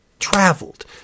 traveled